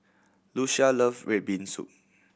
Lucia love red bean soup